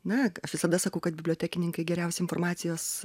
na aš visada sakau kad bibliotekininkai geriausi informacijos